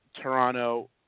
Toronto